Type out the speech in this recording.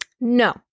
No